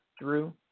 Drew